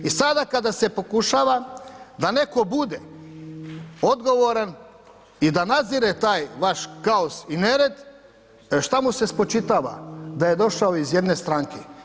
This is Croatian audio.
I sada kada se pokušava da netko bude odgovoran i da nadzire taj vaš kaos i nered, šta mu se spočitava, da je došao iz jedne stranke.